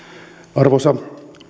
arvoisa